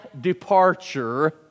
departure